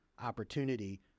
opportunity